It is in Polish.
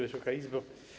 Wysoka Izbo!